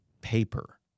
paper